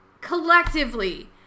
collectively